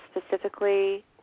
specifically